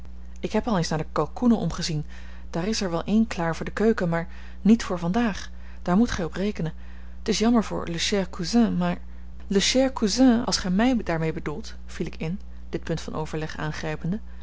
ik heb al eens naar de kalkoenen omgezien daar is er wel één klaar voor de keuken maar niet voor vandaag daar moet gij op rekenen t is jammer voor le cher cousin maar le cher cousin als gij mij daarmee bedoelt viel ik in dit punt van overleg aangrijpende